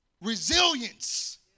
resilience